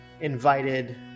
invited